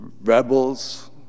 rebels